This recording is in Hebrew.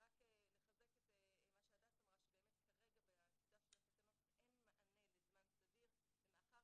רק לחזק את מה שהדס אמרה שבאמת כרגע בתקנות אין מענה לזמן סביר ומאחר